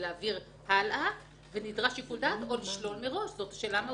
להעביר הלאה או בשביל לשלול מראש זו שאלה מהותית.